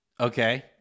Okay